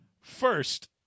First